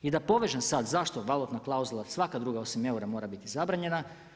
I da povežem sada zašto valutna klauzula svaka osim eura mora biti zabranjena.